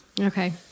Okay